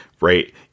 right